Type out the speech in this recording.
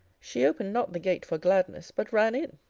she opened not the gate for gladness, but ran in,